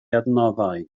adnoddau